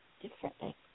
differently